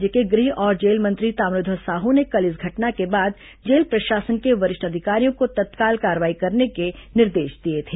राज्य के गृह और जेल मंत्री ताम्रध्वज साहू ने कल इस घटना के बाद जेल प्रशासन के वरिष्ठ अधिकारियों को तत्काल कार्रवाई करने के निर्देश दिए थे